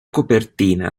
copertina